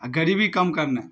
आओर गरीबी कम करनाइ